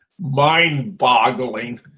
mind-boggling